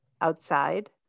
outside